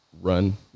run